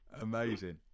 Amazing